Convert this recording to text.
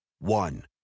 One